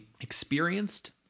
experienced